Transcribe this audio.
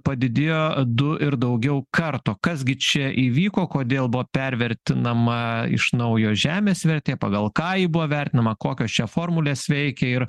padidėjo du ir daugiau karto kas gi čia įvyko kodėl bo pervertinama iš naujo žemės vertė pagal ką ji buvo vertinama kokios čia formulės veikia ir